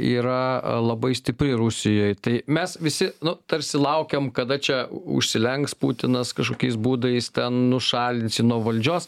yra labai stipri rusijoj tai mes visi nu tarsi laukiam kada čia užsilenks putinas kažkokiais būdais ten nušalins jį nuo valdžios